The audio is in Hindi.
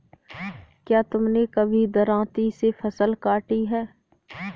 क्या तुमने कभी दरांती से फसल काटी है?